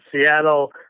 Seattle